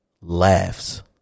laughs